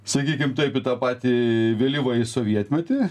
sakykim taip į tą patį vėlyvą į sovietmetį